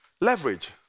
leverage